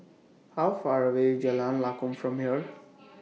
How Far away IS Jalan Lakum from here